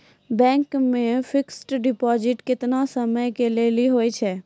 Bank मे fixed deposit केतना समय के लेली होय छै?